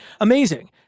Amazing